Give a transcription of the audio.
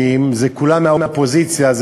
כי אם כולם מהאופוזיציה,